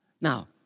Now